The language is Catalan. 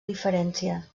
diferència